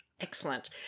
Excellent